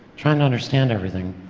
trying to understand everything,